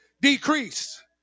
decrease